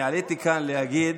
אני עליתי לכאן להגיד